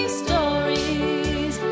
stories